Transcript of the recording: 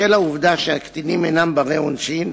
בשל העובדה שהקטינים אינם בני-עונשין,